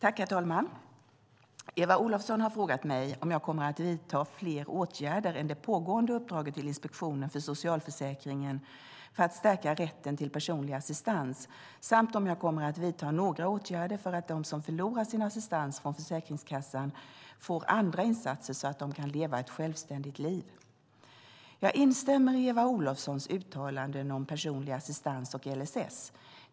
Herr talman! Eva Olofsson har frågat mig om jag kommer att vidta fler åtgärder än det pågående uppdraget till Inspektionen för socialförsäkringen för att stärka rätten till personlig assistans samt om jag kommer att vidta några åtgärder för att de som förlorar sin assistans från Försäkringskassan får andra insatser så att de kan leva ett självständigt liv. Jag instämmer i Eva Olofssons uttalanden om personlig assistans och LSS.